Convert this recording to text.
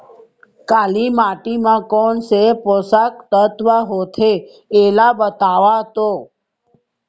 काली माटी म कोन से पोसक तत्व होथे तेला बताओ तो?